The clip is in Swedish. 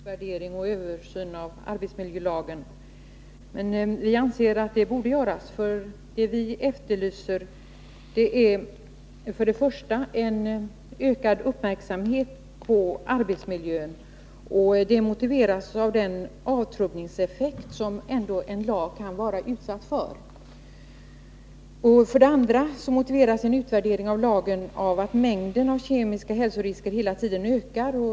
Herr talman! Kjell Nilsson sade att det nu inte finns möjlighet att tillgodose vårt krav på en utvärdering och en översyn av arbetsmiljölagen. Men vi anser att en utvärdering bör göras, och vad vi efterlyser är en ökad uppmärksamhet på arbetsmiljön. Det motiveras för det första av den avtrubbningseffekt som en lag ändå kan vara utsatt för, för det andra av att mängden kemiska hälsorisker hela tiden ökar.